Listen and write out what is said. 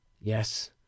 yes